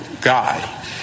guy